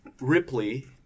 Ripley